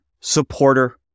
supporter